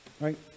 right